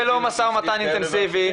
זה לא משא ומתן אינטנסיבי.